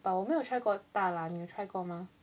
but 我没有 try 过大辣你有 try 过吗